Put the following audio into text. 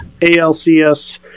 ALCS